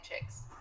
Chicks